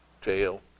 jail